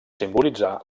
simbolitzar